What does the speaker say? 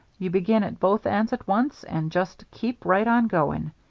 you begin at both ends at once and just keep right on going.